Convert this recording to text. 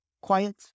quiet